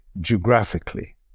geographically